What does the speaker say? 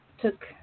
took